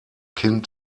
kind